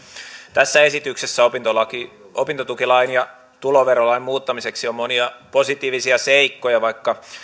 tässä esityksessä opintotukilain ja tuloverolain muuttamiseksi on monia positiivisia seikkoja vaikka